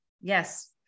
Yes